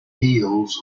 heels